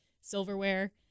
silverware